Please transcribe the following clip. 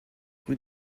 rue